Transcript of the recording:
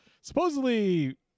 supposedly